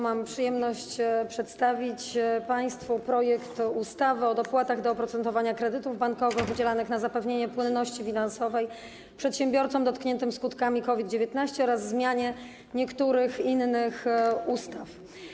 Mam przyjemność przedstawić państwu projekt ustawy o dopłatach do oprocentowania kredytów bankowych udzielanych na zapewnienie płynności finansowej przedsiębiorcom dotkniętym skutkami COVID-19 oraz o zmianie niektórych innych ustaw.